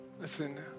Listen